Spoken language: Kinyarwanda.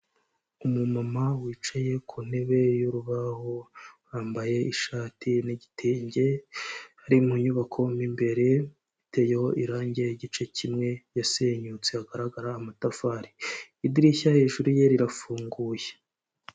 Umumama wicaye ku ntebe y'urubaho wambaye ishati n'igitenge, ari mu nyubako imbere iteyeho irangi igice kimwe yasenyutse ahagaragara amatafari, idirishya hejuru ye rirafunguye.